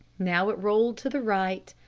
now it rolled to the right,